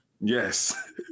Yes